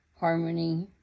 Harmony